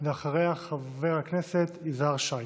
ואחריה, חבר הכנסת יזהר שי.